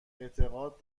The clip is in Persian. اعتقاد